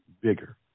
bigger